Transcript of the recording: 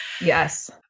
Yes